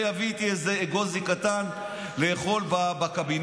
למה אני כנראה אביא איתי איזה אגוזי קטן לאכול בקבינט.